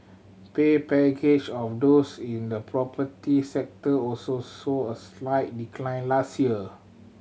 pay package of those in the property sector also saw a slight decline last year